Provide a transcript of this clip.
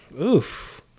oof